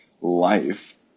life